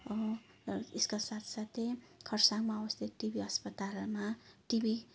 यसका साथसाथै खरसाङमा अवस्थित टिबी अस्पतालमा टिबी